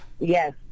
Yes